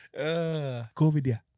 COVID